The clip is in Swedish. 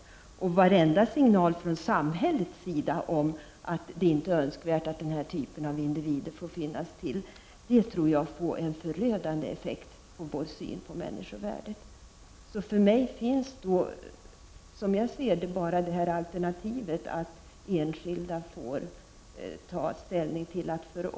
Jag tror att varenda signal från samhället om att det inte är önskvärt att den här typen av individer får finnas till får en förödande effekt på vår syn på människovärdet. Som jag ser det finns det bara ett alternativ, nämligen att enskilda individer får ta ställning i dessa frågor.